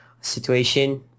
situation